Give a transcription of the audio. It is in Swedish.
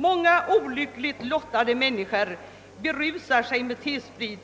Många olyckligt lottade människor berusar sig med T-sprit